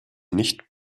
nicht